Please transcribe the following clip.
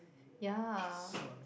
ya